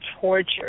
torture